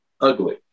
ugly